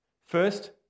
First